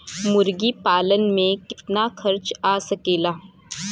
मुर्गी पालन में कितना खर्च आ सकेला?